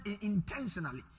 intentionally